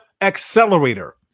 Accelerator